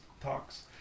talks